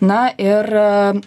na ir